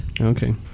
Okay